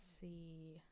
see